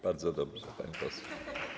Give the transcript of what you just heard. Bardzo dobrze, pani poseł.